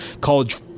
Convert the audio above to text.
college